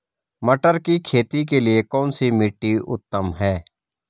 मटर की खेती के लिए कौन सी मिट्टी उत्तम है?